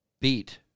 beat